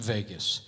Vegas